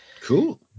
Cool